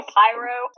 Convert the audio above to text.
pyro